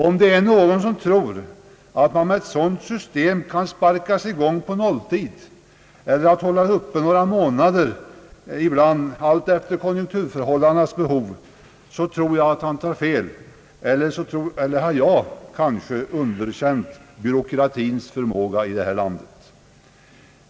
Om någon tror att ett sådant system kan sparkas i gång på nolltid, eller ibland upphöra att gälla några månader alltefter konjunkturförhållandena, så anser jag att han tar fel. Eller har jag kanske underskattat byråkratins förmåga i det här landet?